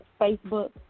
Facebook